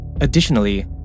Additionally